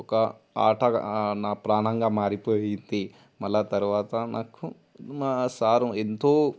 ఒక ఆటగా నా ప్రాణంగా మారిపోయింది మళ్ళీ తరువాత నాకు మా సారు ఎంతో